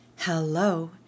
Hello